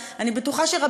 אני בטוחה שאתם מכירים אותה,